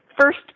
first